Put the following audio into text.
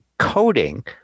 coding